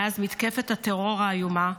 מאז מתקפת הטרור האיומה,